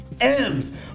M's